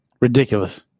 Ridiculous